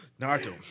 Naruto